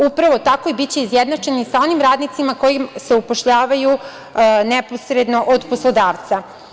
Upravo tako biće izjednačeni sa onim radnicima koji se upošljavaju neposredno od poslodavca.